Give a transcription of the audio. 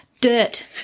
Dirt